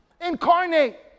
incarnate